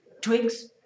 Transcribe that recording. twigs